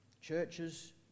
churches